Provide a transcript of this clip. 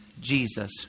Jesus